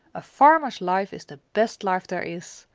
a farmer's life is the best life there is,